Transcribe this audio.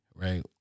right